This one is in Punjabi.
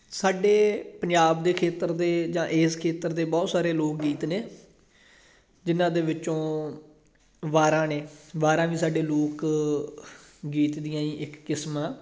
ਸਾਡੇ ਪੰਜਾਬ ਦੇ ਖੇਤਰ ਦੇ ਜਾਂ ਇਸ ਖੇਤਰ ਦੇ ਬਹੁਤ ਸਾਰੇ ਲੋਕ ਗੀਤ ਨੇ ਜਿਨ੍ਹਾਂ ਦੇ ਵਿੱਚੋਂ ਵਾਰਾਂ ਨੇ ਵਾਰਾਂ ਵੀ ਸਾਡੇ ਲੋਕ ਗੀਤ ਦੀਆਂ ਹੀ ਇੱਕ ਕਿਸਮ ਆ